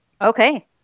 Okay